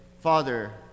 Father